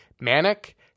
manic